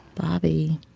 bobby